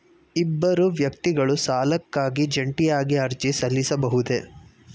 ಇಬ್ಬರು ವ್ಯಕ್ತಿಗಳು ಸಾಲಕ್ಕಾಗಿ ಜಂಟಿಯಾಗಿ ಅರ್ಜಿ ಸಲ್ಲಿಸಬಹುದೇ?